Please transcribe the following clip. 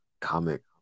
comic